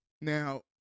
Now